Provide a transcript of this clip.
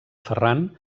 ferran